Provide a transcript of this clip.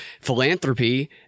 philanthropy